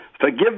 forgive